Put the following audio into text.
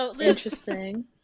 Interesting